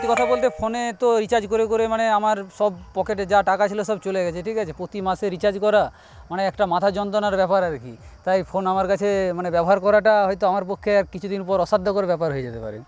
সত্যি কথা বলতে ফোনে তো রিচার্জ করে করে মানে আমার সব পকেটে যা টাকা ছিল সব চলে গেছে ঠিক আছে প্রতি মাসে রিচার্জ করা মানে একটা মাথা যন্ত্রণার ব্যাপার আর কি তাই ফোন আমার কাছে মানে ব্যবহার করাটা হয়তো আমার পক্ষে আর কিছুদিন পর অসাধ্যকর ব্যাপার হয়ে যেতে পারে